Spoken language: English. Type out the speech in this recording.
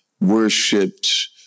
worshipped